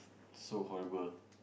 so horrible